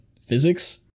Physics